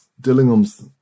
Dillingham's